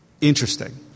interesting